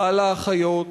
רע לאחיות,